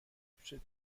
پیش